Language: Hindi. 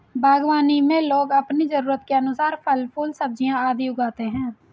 बागवानी में लोग अपनी जरूरत के अनुसार फल, फूल, सब्जियां आदि उगाते हैं